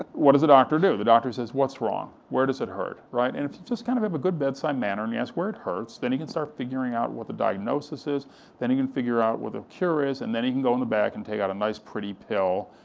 what does the doctor do? the doctor says, what's wrong, where does it hurt, right? and if you just kind of have a good bedside manner and you ask where it hurts, then you can start figuring out what the diagnosis, then you can figure out what the cure is, and then you can go in the back and take out a nice pretty pill,